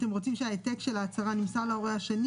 אתם רוצים שההעתק של ההצהרה נמסר להורה השני